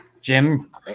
Jim